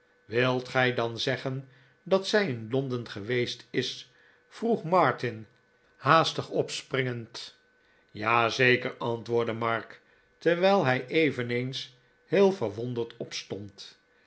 wilt gij dan zeggen dat zij in londen geweest is vroeg martin haastig opspringend ja zeker antwoordde mark terwijl hij eveneens heel verwonderd opstond